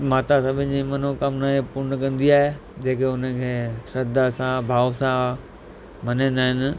माता सभिनि जी मनोकामना खे पूर्ण कंदी आहे जंहिंखे उन खे श्रद्धा सां भाव सां मञंदा आहिनि